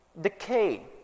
Decay